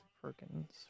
Perkins